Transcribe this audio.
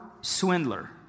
swindler